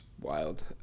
wild